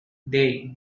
day